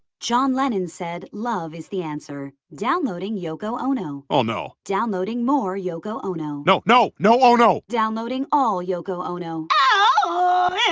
john lennon said, love is the answer. downloading yoko ono. oh, no. downloading more yoko ono. no, no. no ono. downloading all yoko ono. ah yeah